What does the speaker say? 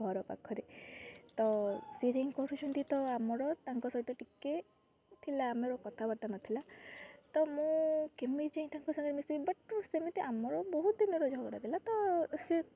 ଘର ପାଖରେ ତ ସିଏ ଯାଇକି କରୁଛନ୍ତି ତ ଆମର ତାଙ୍କ ସହିତ ଟିକେ ଥିଲା ଆମର କଥାବାର୍ତ୍ତା ନଥିଲା ତ ମୁଁ କେମିତି ଯାଇକି ତାଙ୍କ ସାଙ୍ଗରେ ମିଶିବି ବଟ୍ ସେମିତି ଆମର ବହୁତ ଦିନର ଝଗଡ଼ା ଥିଲା ତ ସେ